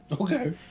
Okay